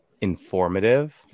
informative